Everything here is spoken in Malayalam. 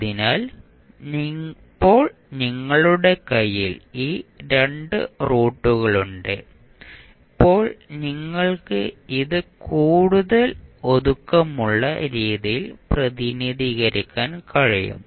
അതിനാൽ ഇപ്പോൾ നിങ്ങളുടെ കൈയിൽ ഈ 2 റൂട്ടുകളുണ്ട് അപ്പോൾ നിങ്ങൾക്ക് ഇത് കൂടുതൽ ഒതുക്കമുള്ള രീതിയിൽ പ്രതിനിധീകരിക്കാൻ കഴിയും